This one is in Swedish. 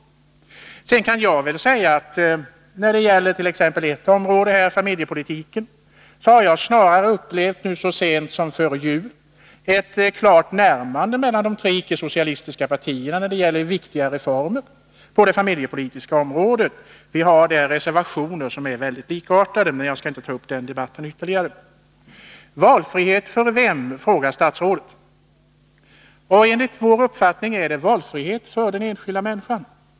Sedan kan jag väl säga att jag när det gäller viktiga reformer på det familjepolitiska området så sent som före jul tyckte mig märka ett klart närmande mellan de tre icke-socialistiska partierna. Här föreligger reservationer som är mycket lika, men jag skall inte gå närmare in på detta. Valfrihet för vem, frågade statsrådet. Enligt vår åsikt gäller det valfrihet för den enskilda människan.